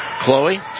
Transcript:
Chloe